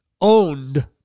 owned